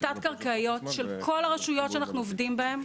התת-קרקעיות של כול הרשויות שאנחנו עובדים הן,